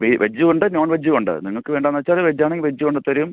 ഈ വെജൂണ്ട് നോൺവെജൂണ്ട് നിങ്ങൾക്ക് വേണ്ടത് എന്ന് വെച്ചാൽ അത് വെജാണേ വെജ് കൊണ്ടുതരും